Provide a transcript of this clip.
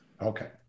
Okay